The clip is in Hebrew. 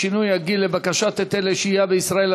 שינוי הגיל לבקשת היתר לשהייה בישראל),